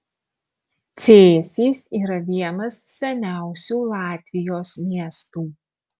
cėsys yra vienas seniausių latvijos miestų